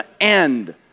end